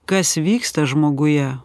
kas vyksta žmoguje